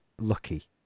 lucky